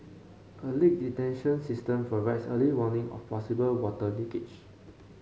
a leak detection system provides early warning of possible water leakage